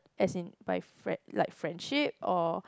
as in by frie~ like friendship or